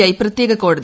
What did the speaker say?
I പ്രത്യേക കോടതി